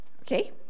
Okay